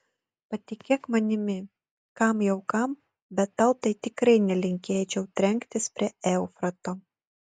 patikėk manimi kam jau kam bet tau tai tikrai nelinkėčiau trenktis prie eufrato